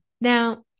Now